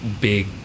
big